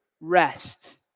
rest